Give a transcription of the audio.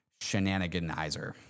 shenaniganizer